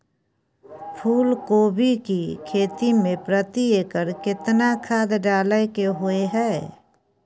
फूलकोबी की खेती मे प्रति एकर केतना खाद डालय के होय हय?